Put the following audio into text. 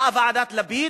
באה ועדת-לפיד,